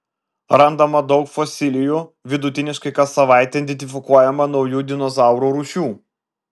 randama daug fosilijų vidutiniškai kas savaitę identifikuojama naujų dinozaurų rūšių